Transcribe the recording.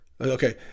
okay